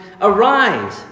Arise